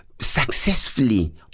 successfully